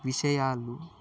విషయాలు